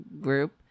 group